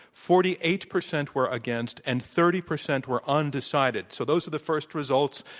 forty eight percent were against, and thirty percent were undecided. so those are the first results.